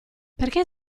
perché